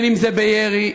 אם בירי,